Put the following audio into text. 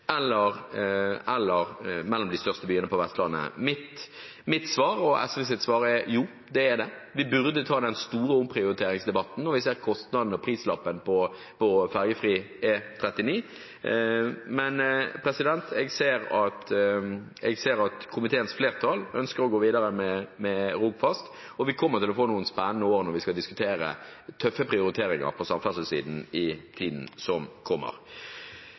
eller mellom de største byene på Vestlandet? Mitt og SVs svar er: Jo, det er det. Vi burde ta den store omprioriteringsdebatten når vi ser kostnadene og prislappen for ferjefri E39, men jeg ser at komiteens flertall ønsker å gå videre med Rogfast, og vi kommer til å få noen spennende år når vi skal diskutere tøffe prioriteringer på samferdselssiden i tiden som kommer.